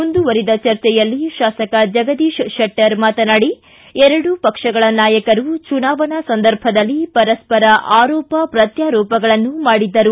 ಮುಂದುವರೆದ ಚರ್ಚೆಯಲ್ಲಿ ಬಿಜೆಪಿ ಶಾಸಕ ಜಗದೀಶ್ ಶೆಟ್ನರ್ ಮಾತನಾಡಿ ಎರಡು ಪಕ್ಷಗಳ ನಾಯಕರು ಚುನಾವಣಾ ಸಂದರ್ಭದಲ್ಲಿ ಪರಸ್ಪರ ಆರೋಪ ಪ್ರತ್ಯಾರೋಪಗಳನ್ನು ಮಾಡಿದ್ದರು